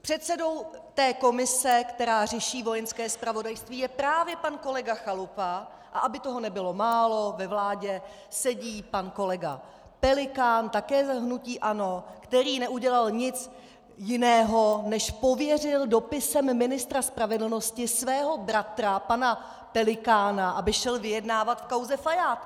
Předsedou té komise, která řeší Vojenské zpravodajství, je právě pan kolega Chalupa, a aby toho nebylo málo, ve vládě sedí pan kolega Pelikán také z hnutí ANO, který neudělal nic jiného než pověřil dopisem Ministra spravedlnosti svého bratra pana Pelikána, aby šel vyjednávat v kauze Fajád.